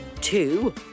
two